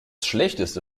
schlechteste